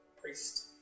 priest